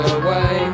away